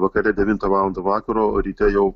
vakare devintą valandą vakaro o ryte jau